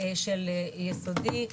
של יסודי,